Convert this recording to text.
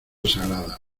sagrada